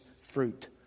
fruit